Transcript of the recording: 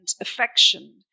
affection